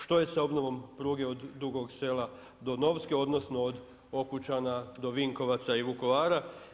Što je sa obnovom pruge od Dugog Sela do Novske, odnosno od Okučana do Vinkovaca i Vukovara.